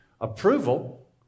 Approval